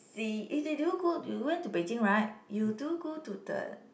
see eh did did you go you went to Beijing right you do go to the